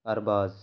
Arbaaz